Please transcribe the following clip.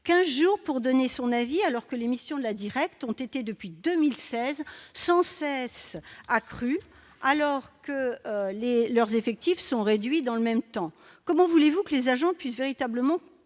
15 jours pour donner son avis, alors que l'émission de la Directs ont été depuis 2016 sans cesse accrue, alors que les leurs effectifs sont réduits dans le même temps, comment voulez-vous que les agents puissent véritablement